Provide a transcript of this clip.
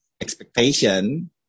expectation